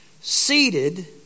Seated